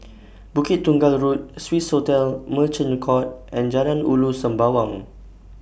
Bukit Tunggal Road Swissotel Merchant Court and Jalan Ulu Sembawang